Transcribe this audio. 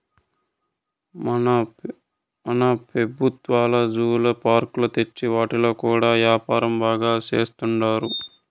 మన పెబుత్వాలు జూ పార్కులు తెచ్చి వాటితో కూడా యాపారం బాగా సేత్తండారు